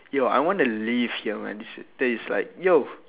yo I wanna leave here man this place is like yo